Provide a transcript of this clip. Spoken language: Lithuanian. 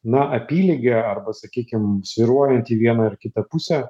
na apylygiai arba sakykim svyruojant į vieną ir kitą pusę